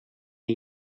een